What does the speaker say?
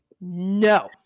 No